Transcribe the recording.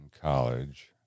college